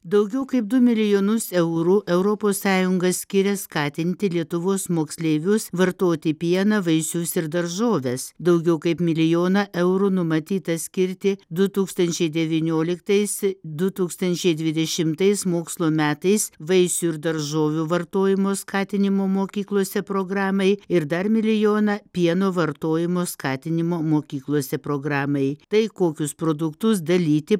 daugiau kaip du milijonus eurų europos sąjunga skiria skatinti lietuvos moksleivius vartoti pieną vaisius ir daržoves daugiau kaip milijoną eurų numatyta skirti du tūkstančiai devynioliktais du tūkstančiai dvidešimtais mokslo metais vaisių ir daržovių vartojimo skatinimo mokyklose programai ir dar milijoną pieno vartojimo skatinimo mokyklose programai tai kokius produktus dalyti